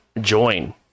join